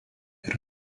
yra